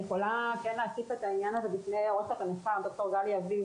אני יכולה להציף את העניין הזה בפני עורכת המחקר דוקטור גלי אביב